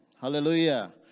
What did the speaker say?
Hallelujah